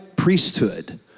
priesthood